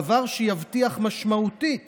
דבר שיבטיח התייקרות משמעותית